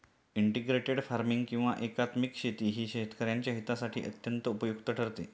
integrated farming किंवा एकात्मिक शेती ही शेतकऱ्यांच्या हितासाठी अत्यंत उपयुक्त ठरते